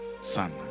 Son